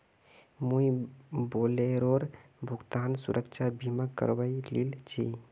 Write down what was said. मुई बोलेरोर भुगतान सुरक्षा बीमा करवइ लिल छि